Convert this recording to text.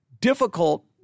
difficult